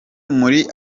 muri